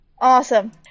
Awesome